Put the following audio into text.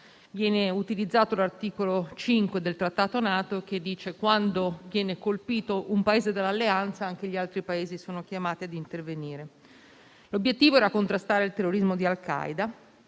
stato utilizzato l'articolo 5 del Trattato NATO, secondo il quale, quando viene colpito un Paese dell'Alleanza, anche gli altri Paesi sono chiamati a intervenire. L'obiettivo era contrastare il terrorismo di al Qaeda.